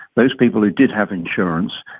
those people who did have insurance,